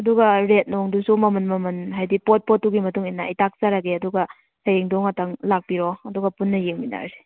ꯑꯗꯨꯒ ꯔꯦꯠ ꯅꯨꯡꯗꯨꯁꯨ ꯃꯃꯟ ꯃꯃꯟ ꯍꯥꯏꯗꯤ ꯄꯣꯠ ꯄꯣꯠ ꯇꯨꯒꯤ ꯃꯇꯨꯡ ꯏꯟꯅ ꯑꯩ ꯇꯥꯛꯆꯔꯒꯦ ꯑꯗꯨꯒ ꯍꯌꯦꯡꯗꯨ ꯉꯥꯛꯇꯪ ꯂꯥꯛꯄꯤꯔꯣ ꯑꯗꯨꯒ ꯄꯨꯟꯅ ꯌꯦꯡꯃꯤꯟꯅꯔꯁꯤ